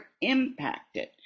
impacted